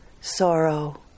sorrow